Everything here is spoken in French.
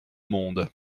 monde